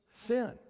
Sin